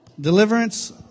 Deliverance